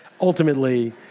ultimately